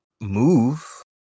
move